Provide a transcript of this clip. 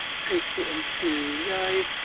paste it into yive.